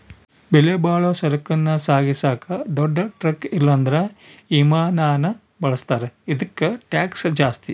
ಬೆಲೆಬಾಳೋ ಸರಕನ್ನ ಸಾಗಿಸಾಕ ದೊಡ್ ಟ್ರಕ್ ಇಲ್ಲಂದ್ರ ವಿಮಾನಾನ ಬಳುಸ್ತಾರ, ಇದುಕ್ಕ ಟ್ಯಾಕ್ಷ್ ಜಾಸ್ತಿ